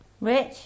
Rich